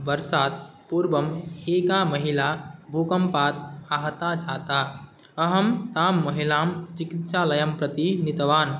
वर्षात् पूर्वं एका महिला भूकम्पात् आहता जाता अहं तां महिलां चिकित्सालयं प्रति नीतवान्